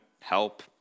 help